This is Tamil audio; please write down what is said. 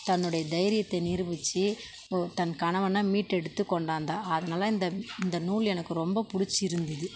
தன்னுடைய தைரியத்தை நிரூபித்து ஓ தன் கணவனை மீட்டெடுத்து கொண்டாந்தாள் அதனால் இந்த இந்த நூல் எனக்கு ரொம்பப் பிடிச்சி இருந்தது